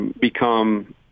become